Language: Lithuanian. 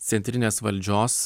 centrinės valdžios